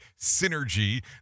synergy